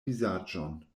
vizaĝon